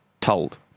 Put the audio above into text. told